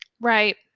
Right